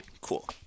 cool